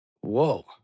Whoa